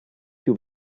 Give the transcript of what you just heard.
più